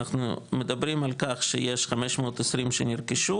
אנחנו מדברים על כך שיש 520 שנרכשו